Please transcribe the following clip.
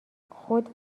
خود